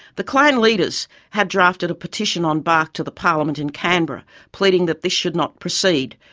the clan leaders had drafted a petition on bark to the parliament in canberra pleading that this should not proceed.